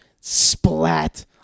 splat